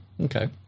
okay